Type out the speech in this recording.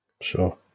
Sure